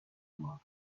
work